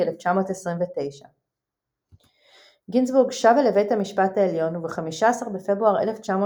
1929. גינצבורג שבה לבית המשפט העליון וב-15 בפברואר 1930